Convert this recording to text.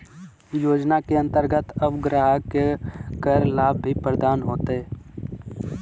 योजना के अंतर्गत अब ग्राहक के कर लाभ भी प्रदान होतय